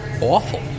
awful